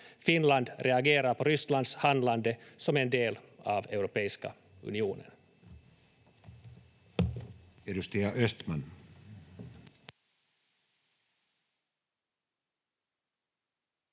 Finland reagerar på Rysslands handlande som en del av Europeiska unionen.